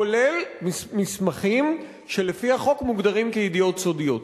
כולל מסמכים שלפי החוק מוגדרים כידיעות סודיות.